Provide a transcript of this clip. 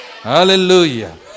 Hallelujah